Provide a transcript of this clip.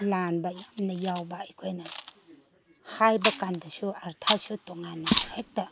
ꯂꯥꯟꯕ ꯌꯥꯝꯅ ꯌꯥꯎꯕ ꯑꯩꯈꯣꯏꯅ ꯍꯥꯏꯕ ꯀꯥꯟꯗꯁꯨ ꯑꯥꯔꯊꯁꯨ ꯇꯣꯉꯥꯟꯅ ꯍꯦꯛꯇ